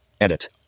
edit